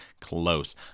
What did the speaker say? close